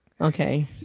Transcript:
Okay